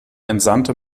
entsandte